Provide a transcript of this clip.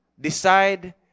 decide